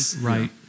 Right